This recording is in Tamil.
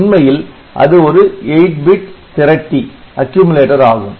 உண்மையில் அது ஒரு 8 பிட் திரட்டி ஆகும்